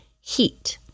heat